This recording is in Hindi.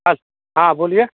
अच्छा हाँ बोलिए